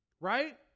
Right